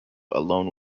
alone